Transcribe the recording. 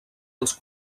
als